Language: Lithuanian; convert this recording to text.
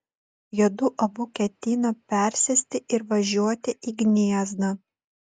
juodu abu ketino persėsti ir važiuoti į gniezną